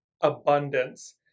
abundance